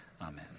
Amen